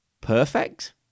perfect